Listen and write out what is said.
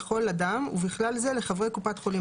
לכל אדם ובכלל זה לחברי קופת חולים